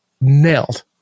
nailed